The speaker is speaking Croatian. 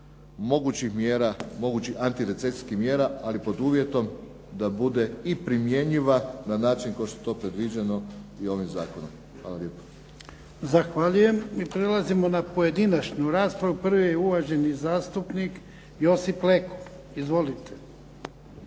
mogućih mjera, mogućih antirecesijskih mjera ali pod uvjetom da bude i primjenjiva na način kao što je to predviđeno i ovim zakonom. **Jarnjak, Ivan (HDZ)** Zahvaljujem. I prelazimo na pojedinačnu raspravu. Prvi je uvaženi zastupnik Josip Leko. Izvolite.